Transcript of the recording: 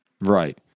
Right